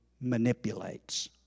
manipulates